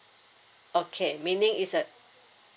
okay meaning it's a